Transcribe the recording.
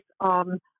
on